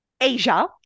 asia